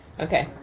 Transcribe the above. okay,